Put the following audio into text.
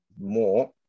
more